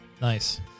Nice